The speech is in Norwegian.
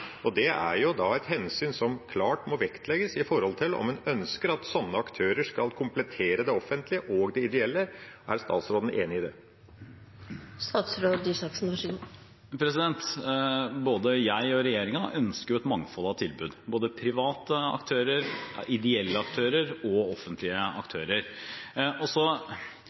klart må vektlegges når det gjelder om en ønsker at slike aktører skal komplettere det offentlige og de ideelle. Er statsråden enig i det? Både jeg og regjeringen ønsker et mangfold av tilbud, både private aktører, ideelle aktører og offentlige aktører. Så